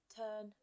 turn